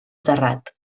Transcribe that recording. terrat